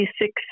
six